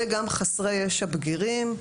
וגם חסרי ישע בגירים,